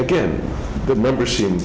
again the membership